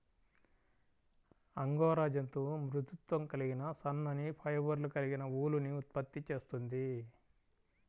angora జంతువు మృదుత్వం కలిగిన సన్నని ఫైబర్లు కలిగిన ఊలుని ఉత్పత్తి చేస్తుంది